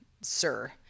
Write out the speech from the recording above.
sir